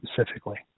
specifically